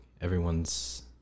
everyone's